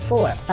Four